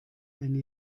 eine